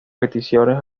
peticiones